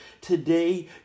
Today